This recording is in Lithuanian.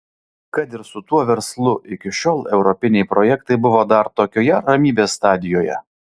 kad ir su tuo verslu iki šiol europiniai projektai buvo dar tokioje ramybės stadijoje